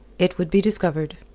it would be discovered.